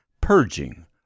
purging